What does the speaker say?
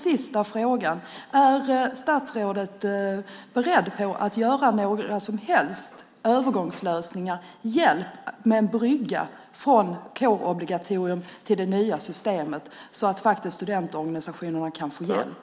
Sista frågan: Är statsrådet beredd att göra några som helst övergångslösningar med en brygga från kårobligatoriet till det nya systemet så att studentorganisationerna kan få hjälp?